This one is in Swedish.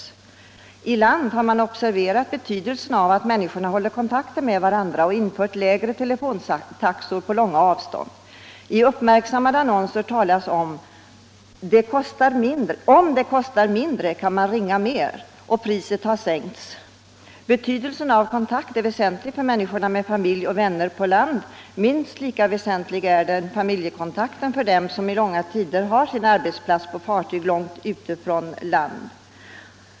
I land har observerats betydelsen av att människorna upprätthåller kontakten med varandra, och därför har lägre telefontaxor införts för långa avstånd. I uppmärksammade annonser sägs: ”Om det kostar mindre kan man ringa mer”. Betydelsen av kontakt med familj och vänner är naturligtvis väsentlig för människorna på land. Minst lika väsentlig är familjekontakten för dem som under långa tider har sin arbetsplats på fartyg långt ute från land.